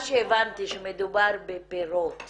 שהבנתי שמדובר בפירות